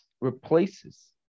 replaces